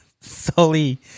Sully